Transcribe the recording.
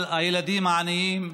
על הילדים העניים,